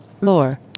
lore